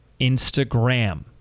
Instagram